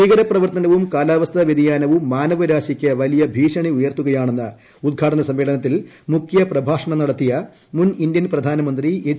ഭീകരപ്രവർത്തനവും കാലാവസ്ഥാ വൃതിയാനവും മാനവരാശിക്ക് വലിയ ഭീഷണി ഉയർത്തുകയാണെന്ന് ഉദ്ഘാടന സമ്മേളനത്തിൽ മുഖ്യ പ്രഭാഷണം നടത്തിയ മുൻ ഇന്ത്യൻ പ്രധാനമന്ത്രി എച്ച്